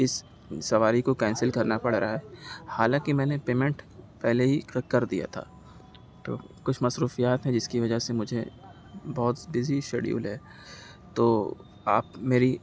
اس سواری کو کینسل کرنا پڑھ رہا ہے حالانکہ میں نے پیمنٹ پہلے ہی کر دیا تھا تو کچھ مصروفیات ہیں جس کی وجہ سے مجھے بہت بزی شیڈیول ہے تو آپ میری